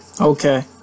Okay